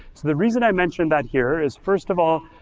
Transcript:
the reason i mention that here is, first of all,